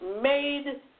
made